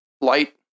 light